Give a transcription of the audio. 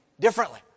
differently